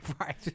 right